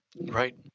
Right